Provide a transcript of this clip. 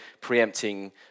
preempting